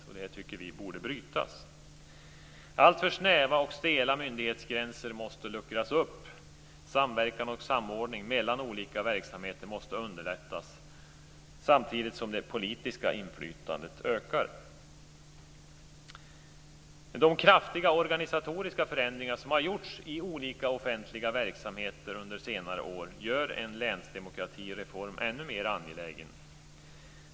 Vi tycker att detta borde brytas. Alltför snäva och stela myndighetsgränser måste luckras upp. Samverkan och samordning mellan olika verksamheter måste underlättas samtidigt som det politiska inflytandet ökar. De kraftiga organisatoriska förändringar som har gjorts i olika offentliga verksamheter under senare år gör en länsdemokratireform ännu mer angelägen.